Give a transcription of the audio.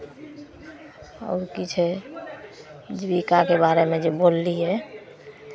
आओर की छै जीविकाके बारेमे जे बोललियै